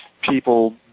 people